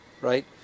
right